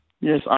Yes